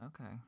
Okay